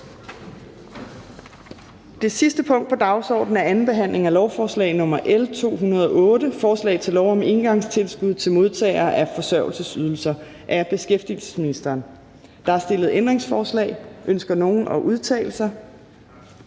Det sidste punkt på dagsordenen er: 2) 2. behandling af lovforslag nr. L 208: Forslag til lov om engangstilskud til modtagere af forsørgelsesydelser. Af beskæftigelsesministeren (Peter Hummelgaard). (Fremsættelse